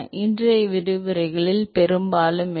இன்றைய விரிவுரைகளில் பெரும்பாலும் இல்லை